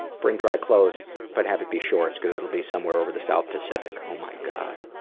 bring dry clothes but have it be shorts because it will be somewhere over the south pacific. oh my god,